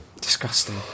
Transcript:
Disgusting